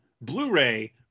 Blu-ray